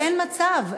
אין מצב.